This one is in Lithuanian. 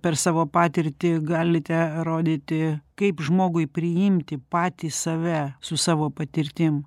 per savo patirtį galite rodyti kaip žmogui priimti patį save su savo patirtim